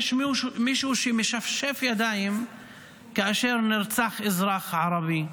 יש מישהו שמשפשף ידיים כאשר נרצח אזרח ערבי,